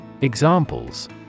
Examples